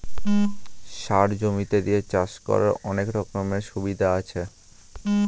সার জমিতে দিয়ে চাষ করার অনেক রকমের সুবিধা আছে